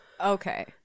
Okay